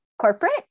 corporate